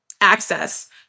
access